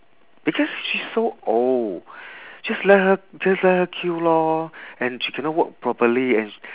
because she's so old just let her just let her queue lor and she cannot walk properly and